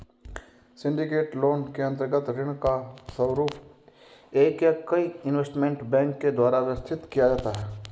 syndicated loan के अंतर्गत ऋण का स्वरूप एक या कई इन्वेस्टमेंट बैंक के द्वारा व्यवस्थित किया जाता है